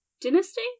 dynasty